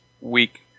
week